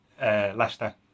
Leicester